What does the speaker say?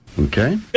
Okay